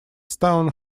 stone